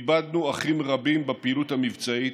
איבדנו אחים רבים בפעילות המבצעית,